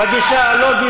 בוגדים,